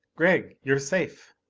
gregg, you're safe!